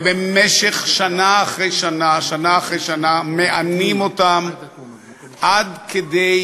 ושנה אחרי שנה, שנה אחרי שנה, מענים אותם עד כדי